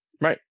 Right